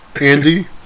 Andy